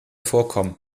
vorkommen